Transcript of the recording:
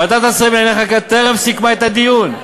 ועדת השרים לענייני חקיקה טרם סיכמה את הדיון.